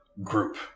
group